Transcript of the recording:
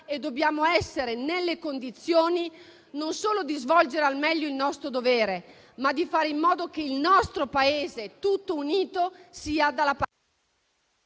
e dobbiamo essere nelle condizioni, non solo di svolgere al meglio il nostro dovere, ma di fare in modo che il nostro Paese tutto unito, sia dalla parte...